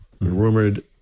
Rumored